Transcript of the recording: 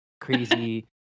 crazy